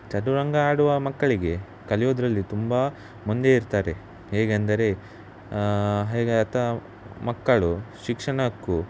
ಚದುರಂಗ ಆಡುವ ಮಕ್ಕಳಿಗೆ ಕಲಿಯುದ್ರಲ್ಲಿ ತುಂಬ ಮುಂದೆ ಇರ್ತಾರೆ ಹೇಗೆಂದರೆ ಹೇಗೆ ತಾ ಮಕ್ಕಳು ಶಿಕ್ಷಣಕ್ಕೂ